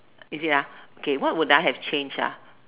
is it ah okay what would I have changed ah